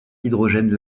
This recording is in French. hydrogène